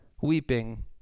weeping